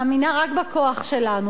מאמינה רק בכוח שלנו,